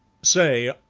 say,